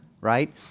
Right